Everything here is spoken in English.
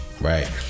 right